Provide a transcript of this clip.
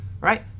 right